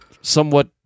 somewhat